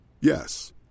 Yes